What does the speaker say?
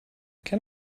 can